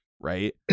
right